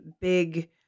big